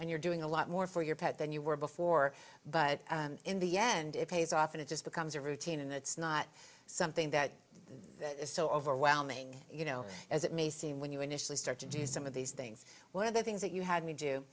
and you're doing a lot more for your pet than you were before but in the end it pays off and it just becomes a routine and it's not something that that is so overwhelming you know as it may seem when you initially start to do some of these things one of the things that you had me do